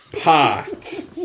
pot